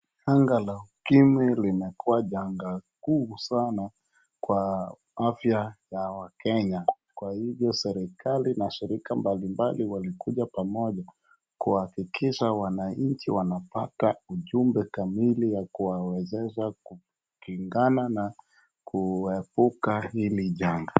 Janga la ukumwi limekuwa janga kuu sana kwa afya ya wakenya. Kwa hivyo serikali na shirika mbalimbali walikuja pamoja kuhakikisha wananchi wanapata ujumbe kamili ya kuwawezesha kukingana na kuepuka hili janga.